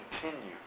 continue